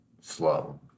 slow